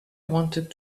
wanted